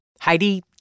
Heidi